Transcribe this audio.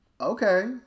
Okay